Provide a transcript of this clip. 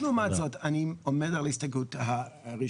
לעומת זאת אני עומד על ההסתייגות הראשונה,